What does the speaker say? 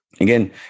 again